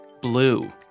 Blue